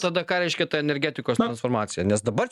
tada ką reiškia ta energetikos transformacija nes dabar